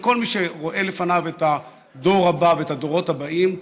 וכל מי שרואה לפניו את הדור הבא ואת הדורות הבאים,